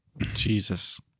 Jesus